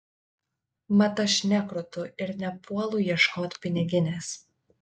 mat aš nekrutu ir nepuolu ieškot piniginės